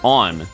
on